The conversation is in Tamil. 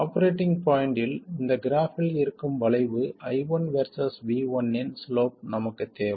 ஆபரேட்டிங் பாய்ண்ட்டில் இந்த கிராஃப்பில் இருக்கும் வளைவு I1 வெர்சஸ் V1 இன் சிலோப் நமக்குத் தேவை